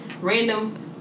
random